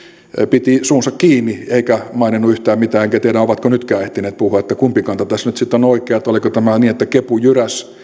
piti suunsa kiinni eikä maininnut yhtään mitään enkä tiedä ovatko nytkään ehtineet puhua kumpi kanta tässä nyt sitten on oikea oliko tämä niin että kepu jyräsi